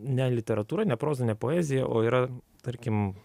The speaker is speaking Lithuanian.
ne literatūra ne proza ne poezija o yra tarkim